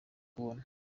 kubona